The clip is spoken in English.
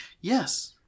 Yes